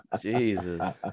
Jesus